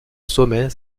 sommet